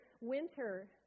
winter